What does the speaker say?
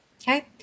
Okay